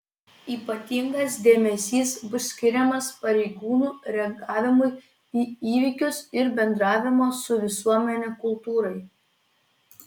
ypatingas dėmesys bus skiriamas pareigūnų reagavimui į įvykius ir bendravimo su visuomene kultūrai